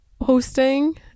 Hosting